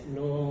no